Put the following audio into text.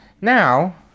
Now